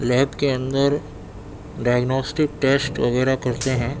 lab کے اندر diagnostic test وغیرہ کرتے ہیں